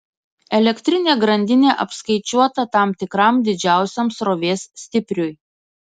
elektrinė grandinė apskaičiuota tam tikram didžiausiam srovės stipriui